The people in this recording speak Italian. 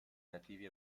nativi